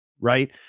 right